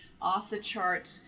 off-the-charts